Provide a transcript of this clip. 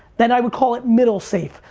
then i would call it middle safe.